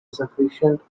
sufficiently